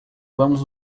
vamos